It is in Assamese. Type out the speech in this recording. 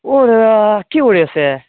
অ' দাদা কি কৰি আছে